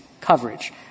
coverage